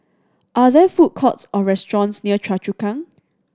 are there food courts or restaurants near Choa Chu Kang